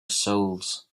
souls